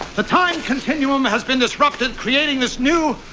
the time continuum has been disrupted creating this new,